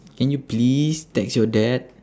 can you please text your dad